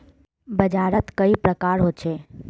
बाजार त कई प्रकार होचे?